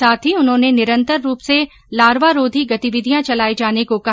साथ ही उन्होंने निरन्तर रूप से लार्वारोधी गतिविधियां चलाए जाने को कहा